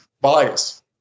bias